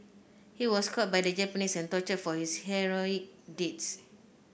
he was caught by the Japanese and tortured for his heroic deeds